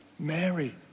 Mary